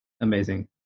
Amazing